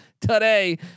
today